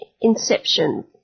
inception